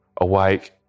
awake